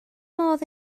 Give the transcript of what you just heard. modd